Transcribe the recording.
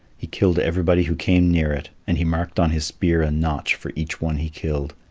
he killed everybody who came near it, and he marked on his spear a notch for each one he killed.